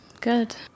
Good